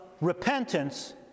repentance